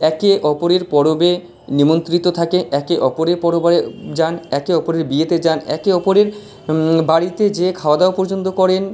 একে অপরের পরবে নিমন্ত্রিত থাকে একে অপরের পরবা যান একে অপরের বিয়েতে যান একে অপরের বাড়িতে যেয়ে খাওয়া দাওয়া পর্যন্ত করেন